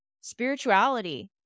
spirituality